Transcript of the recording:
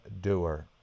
doer